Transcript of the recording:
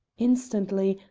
instantly,